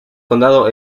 condado